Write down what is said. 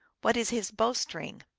what is his bow-string?